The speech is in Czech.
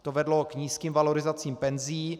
To vedlo k nízkým valorizacím penzí.